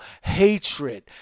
hatred